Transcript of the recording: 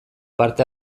parte